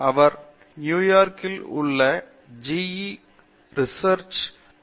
அவர் நியூயார்க்கில் உள்ள GE global research சென்டரில் பணியாற்றியுள்ளார்